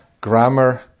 grammar